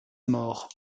mort